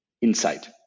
insight